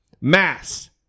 mass